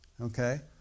Okay